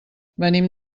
venim